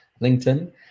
linkedin